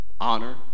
honor